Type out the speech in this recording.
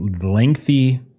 lengthy